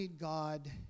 God